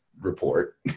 report